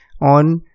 on